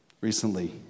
recently